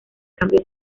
cambio